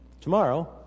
Tomorrow